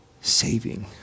saving